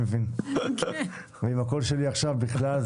נהוג לכתוב שלוב, זה